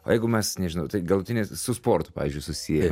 o jeigu mes nežinau tai galutinis su sportu pavyzdžiui susiję